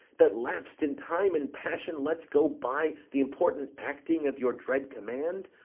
that, laps'd in time and passion, lets go by the important acting of your dread command?